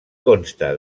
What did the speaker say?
consta